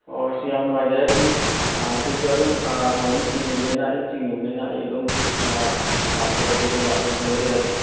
ꯑꯣ ꯑꯁ ꯌꯥꯝ ꯅꯨꯡꯉꯥꯏꯖꯔꯦ ꯑꯗꯨꯗꯤ ꯍꯧꯖꯤꯛꯁꯦ ꯑꯗꯨꯝ ꯃꯣꯔꯅꯤꯡ ꯆꯤꯡꯉꯤꯕꯅꯤꯅ ꯑꯌꯨꯛ ꯆꯤꯡꯕꯒꯤꯕꯅꯤꯅ ꯑꯩ ꯑꯗꯨꯝ ꯂꯥꯛꯆꯔꯒꯦ ꯑꯗꯨꯒ ꯑꯩ ꯂꯧꯖꯔꯒꯦ